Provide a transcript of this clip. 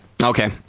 Okay